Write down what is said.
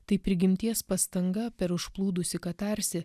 tai prigimties pastanga per užplūdusi kad tarsi